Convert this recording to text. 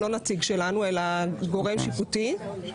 שהוא גורם שיפוטי,